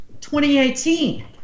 2018